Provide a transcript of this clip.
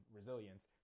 resilience